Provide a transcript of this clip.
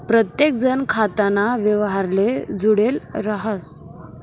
प्रत्येकजण खाताना व्यवहारले जुडेल राहस